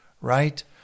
right